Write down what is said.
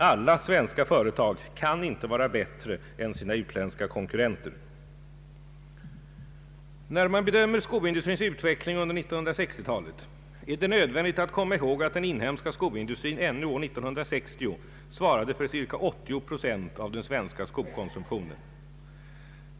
Alla svenska företag kan inte vara bättre än sina utländska konkurrenter. När man bedömer skoindustrins utveckling under 1960-talet är det nödvändigt att komma ihåg, att den inhemska skoindustrin ännu år 1960 svarade för ca 80 procent av den svenska skokonsumtionen.